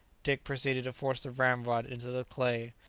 dick proceeded to force the ramrod into the clay,